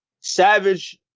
Savage